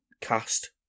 cast